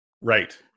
right